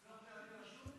סלח לי, אני רשום?